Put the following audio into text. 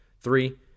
three